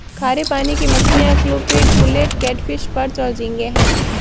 खारे पानी की मछलियाँ क्लूपीड, मुलेट, कैटफ़िश, पर्च और झींगे हैं